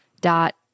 dot